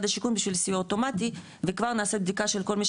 השיכון בשביל סיוע אוטומטי וכבר נעשה בדיקה לכל מי